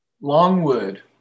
Longwood